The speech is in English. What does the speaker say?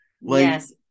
Yes